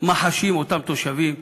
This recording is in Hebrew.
מה חשים אותם תושבים,